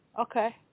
okay